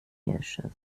hirsches